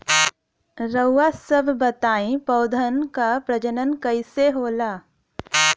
रउआ सभ बताई पौधन क प्रजनन कईसे होला?